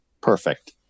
Perfect